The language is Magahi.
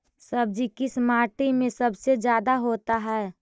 सब्जी किस माटी में सबसे ज्यादा होता है?